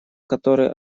который